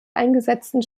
eingesetzten